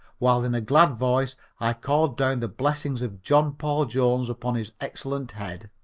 while in a glad voice i called down the blessings of john paul jones upon his excellent head.